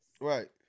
Right